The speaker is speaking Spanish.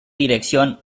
dirección